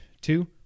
two